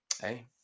hey